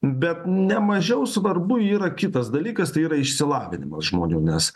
bet nemažiau svarbu yra kitas dalykas tai yra išsilavinimas žmonių nes